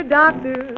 doctor